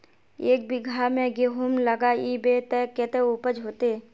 एक बिगहा में गेहूम लगाइबे ते कते उपज होते?